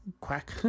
quack